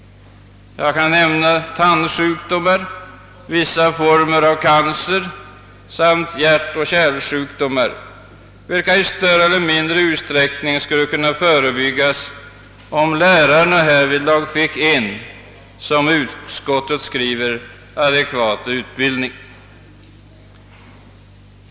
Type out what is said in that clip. Jag kan nämna tandsjukdomar, vissa former av cancer samt hjärtoch kärlsjukdomar, vilka i större eller mindre utsträckning skulle kunna förebyggas om lärarna härvidlag fick en som utskottet skriver adekvat utbildning.